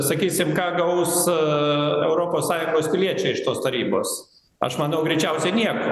sakysim ką gaus europos sąjungos piliečiai iš tos tarybos aš manau greičiausiai nieko